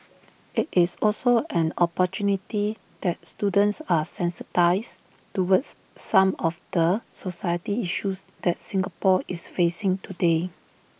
IT is also an opportunity that students are sensitised towards some of the society issues that Singapore is facing today